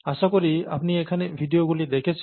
আশাকরি আপনি এখানে ভিডিওগুলি দেখেছেন